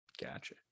Gotcha